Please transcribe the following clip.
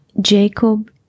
Jacob